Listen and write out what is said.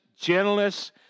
Gentleness